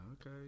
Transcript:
okay